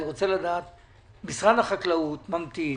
משרד החקלאות ממתין.